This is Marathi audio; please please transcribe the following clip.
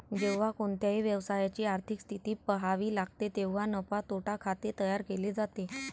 जेव्हा कोणत्याही व्यवसायाची आर्थिक स्थिती पहावी लागते तेव्हा नफा तोटा खाते तयार केले जाते